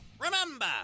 Remember